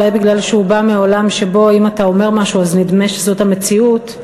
אולי כי הוא בא מעולם שבו אם אתה אומר משהו אז נדמה שזאת המציאות,